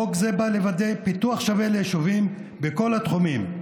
חוק זה בא לוודא פיתוח שווה ליישובים בכל התחומים.